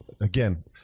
Again